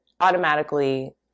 automatically